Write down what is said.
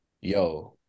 yo